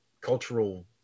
cultural